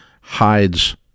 hides